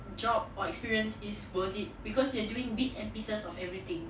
job or experience is worth it because you are doing bits and pieces of everything